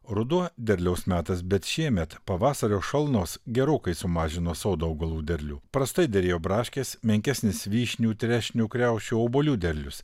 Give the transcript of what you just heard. ruduo derliaus metas bet šiemet pavasario šalnos gerokai sumažino sodo augalų derlių prastai derėjo braškės menkesnis vyšnių trešnių kriaušių obuolių derlius